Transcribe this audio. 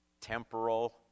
temporal